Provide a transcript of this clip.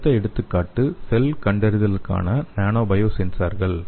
அடுத்த எடுத்துக்காட்டு செல் கண்டறிதலுக்கான நானோபயோசென்சர்கள்